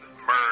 murder